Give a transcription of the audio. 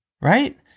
Right